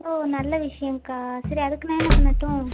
ஓ நல்ல விஷயம்க்கா சரி அதுக்கு நான் என்ன பண்ணட்டும்